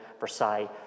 Versailles